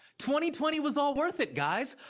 twenty twenty was all worth it, guys.